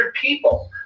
people